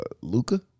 Luca